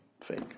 fake